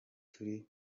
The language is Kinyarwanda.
turi